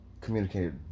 communicated